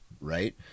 right